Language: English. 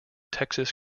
texas